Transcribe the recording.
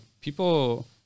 people